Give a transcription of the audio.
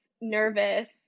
nervous